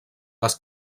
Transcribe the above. les